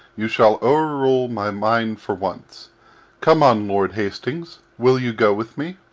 you shall o'errule my mind for once come on, lord hastings, will you go with me?